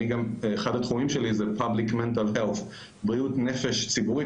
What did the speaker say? גם אחד התחומים שלי הוא בריאות נפש ציבורית,